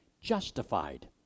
justified